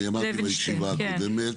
אני אמרתי בישיבה הקודמת.